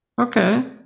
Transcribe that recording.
Okay